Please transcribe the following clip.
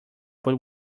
but